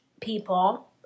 people